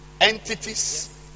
entities